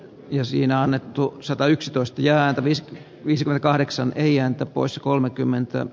ja siinä annettu satayksitoista jää viisi viisi kahdeksan teijan pois kolmekymmentä